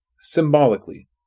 symbolically